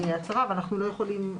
אבל אנחנו לא יכולים,